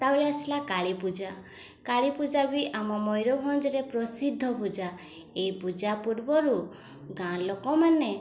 ତା'ପରେ ଆସିଲା କାଳୀ ପୂଜା କାଳୀ ପୂଜା ବି ଆମ ମୟୂରଭଞ୍ଜରେ ପ୍ରସିଦ୍ଧ ପୂଜା ଏଇ ପୂଜା ପୂର୍ବରୁ ଗାଁ ଲୋକମାନେ